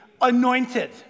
anointed